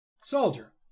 Soldier